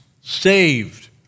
saved